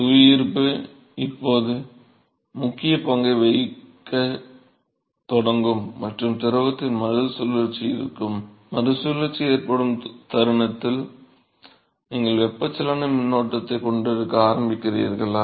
புவியீர்ப்பு இப்போது முக்கிய பங்கை வகிக்கத் தொடங்கும் மற்றும் திரவத்தின் மறுசுழற்சி இருக்கும் மறுசுழற்சி ஏற்படும் தருணத்தில் நீங்கள் வெப்பச்சலன மின்னோட்டத்தைக் கொண்டிருக்க ஆரம்பிக்கிறீர்களா